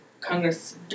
Congress